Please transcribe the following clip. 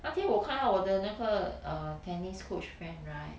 那天我看到我的那个 err tennis coach friend right